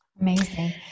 Amazing